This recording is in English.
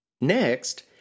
Next